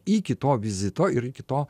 iki to vizito ir iki to